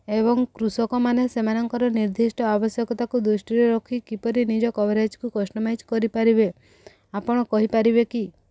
ଏବଂ କୃଷକମାନେ ସେମାନଙ୍କର ନିର୍ଦ୍ଧିଷ୍ଟ ଆବଶ୍ୟକତାକୁ ଦୃଷ୍ଟିରେ ରଖି କିପରି ନିଜ କଭରେଜ୍କୁ କଷ୍ଟମାଇଜ୍ କରିପାରିବେ ଆପଣ କହିପାରିବେ କି